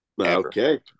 Okay